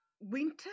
winter